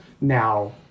Now